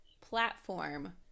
platform